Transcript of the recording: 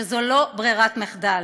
שזו לא ברירת המחדל.